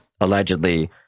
allegedly